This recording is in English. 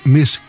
Miss